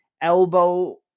elbow